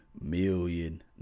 million